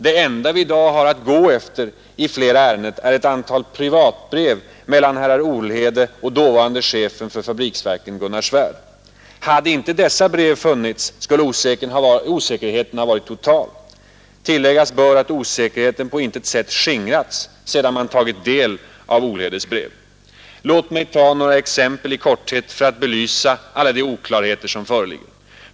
Det enda vi i dag har att gå efter i flera ärenden är ett antal privatbrev mellan Olhede och dåvarande chefen för fabriksverken, Gunnar Svärd. Hade inte dessa brev funnits skulle osäkerheten ha varit total. Tilläggas bör att osäkerheten på intet sätt skingrats sedan man tagit del av Olhedes brev! Låt mig i korthet ta några exempel för att belysa alla de oklarheter som föreligger.